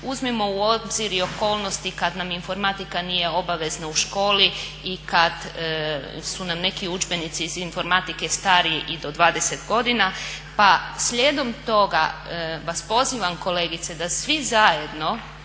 Uzmimo u obzir i okolnosti kad nam informatika nije obavezna u školi i kad su nam neki udžbenici iz informatike stari i do 20 godina. Pa slijedom toga vas pozivam kolegice da svi zajedno